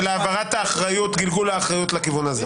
גלגול האחריות לכיוון הזה.